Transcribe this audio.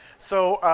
so